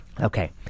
Okay